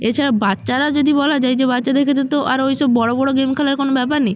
এছাড়াও বাচ্চারা যদি বলা যায় যে বাচ্চাদেরকে যেহেতু আরো ওই সব বড় বড় গেম খেলার কোনো ব্যাপার নেই